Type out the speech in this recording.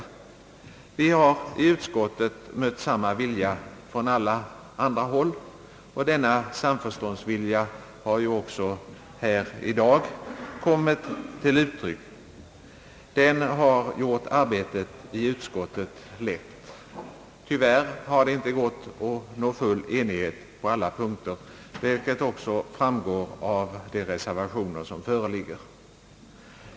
Vi har i utskottet mött samma vilja från alla andra håll. Denna samförståndsvilja har också här i dag kommit till uttryck, och den har gjort arbetet i utskottet lätt. Tyvärr har det inte gått att nå full enighet på alla punkter, vilket framgår av de reservationer som föreligger.